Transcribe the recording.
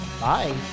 Bye